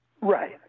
Right